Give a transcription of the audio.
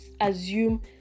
assume